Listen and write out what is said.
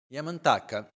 Yamantaka